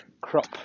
crop